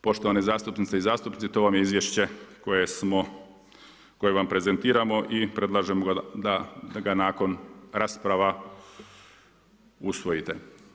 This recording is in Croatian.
Poštovane zastupnice i zastupnici to vam je izvješće koje vam prezentiramo i predlažemo da ga nakon rasprava usvojite.